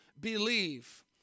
believe